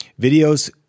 Videos